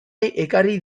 ekarri